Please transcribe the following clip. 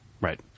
Right